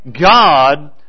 God